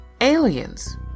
Aliens